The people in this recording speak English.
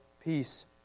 peace